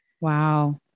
Wow